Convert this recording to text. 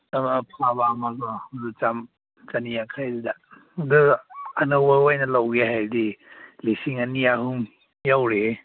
ꯑꯃ ꯑꯐꯕ ꯑꯃ ꯀꯣ ꯆꯅꯤ ꯌꯥꯡꯈꯩꯗꯨꯗ ꯑꯗꯨ ꯑꯅꯧꯕ ꯑꯣꯏꯅ ꯂꯧꯒꯦ ꯍꯥꯏꯔꯗꯤ ꯂꯤꯁꯤꯡ ꯑꯅꯤ ꯑꯍꯨꯝ ꯌꯧꯔꯦꯍꯦ